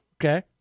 Okay